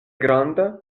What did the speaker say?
granda